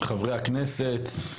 חברי הכנסת,